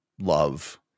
love